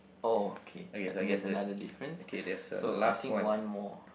oh okay I think that's another difference so I think one more